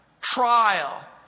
trial